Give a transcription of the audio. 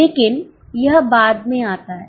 लेकिन यह बाद में आता है